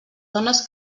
dones